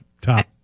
top